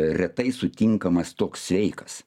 retai sutinkamas toks sveikas